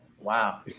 wow